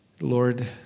Lord